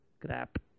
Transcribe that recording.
Crap